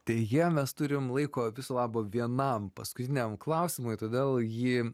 deja mes turim laiko viso labo vienam paskutiniam klausimui todėl jį